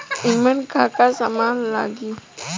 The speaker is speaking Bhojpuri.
ईमन का का समान लगी?